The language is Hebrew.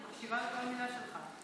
אני מקשיבה לכל מילה שלך.